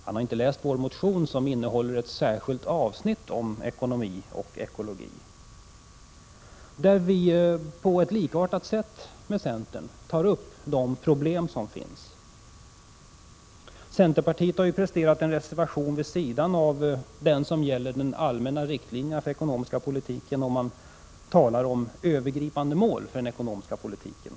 Han har inte läst vår motion som innehåller ett särskilt avsnitt om ekonomi och ekologi, där vi på ett likartat sätt som centern tar upp de problem som finns. Centerpartiet har ju presterat en reservation vid sidan av den som gäller de allmänna riktlinjerna för den ekonomiska politiken. Man talar om övergripande mål för den ekonomiska politiken.